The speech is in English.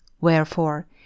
Wherefore